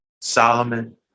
Solomon